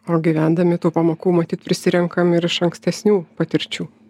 o gyvendami tų pamokų matyt prisirenkam ir iš ankstesnių patirčių